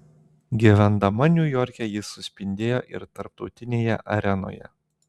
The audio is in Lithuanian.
gyvendama niujorke ji suspindėjo ir tarptautinėje arenoje